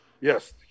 yes